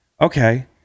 Okay